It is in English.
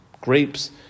Grapes